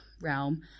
realm